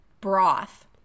broth